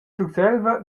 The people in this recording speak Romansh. surselva